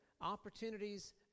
opportunities